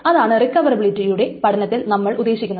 അതാണ് റിക്കവറബിളിറ്റിയുടെ പഠനത്തിൽ നമ്മൾ ഉദ്ദേശിക്കുന്നത്